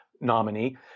nominee